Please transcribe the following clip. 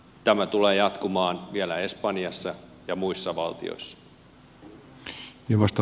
tämä tulee jatkumaan vielä espanjassa ja muissa valtioissa